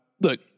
Look